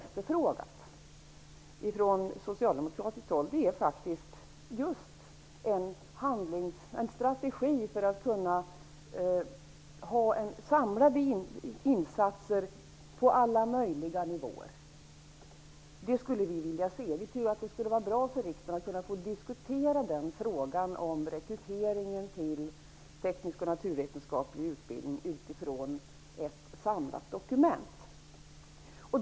Från socialdemokratiskt håll har vi efterfrågat just en strategi för att kunna göra samlade insatser på alla tänkbara nivåer. Det skulle vi vilja se. Vi socialdemokrater tror att det skulle vara bra för riksdagen att få diskutera frågan om rekryteringen till teknisk och naturvetenskaplig utbildning utifrån ett samlat dokument.